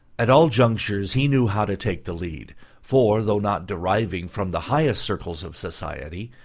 at all junctures he knew how to take the lead, for, though not deriving from the highest circles of society,